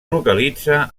localitza